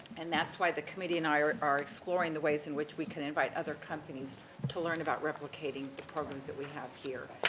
and, that's why the committee and i are are exploring the ways in which we can invite other companies to learn about replicating the programs that we have here.